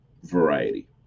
Variety